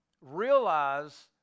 realize